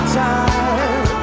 time